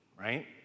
right